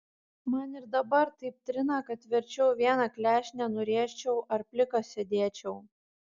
man ir dabar taip trina kad verčiau vieną klešnę nurėžčiau ar plikas sėdėčiau